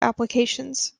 applications